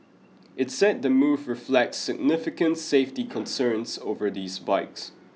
it said the move reflects significant safety concerns over these bikes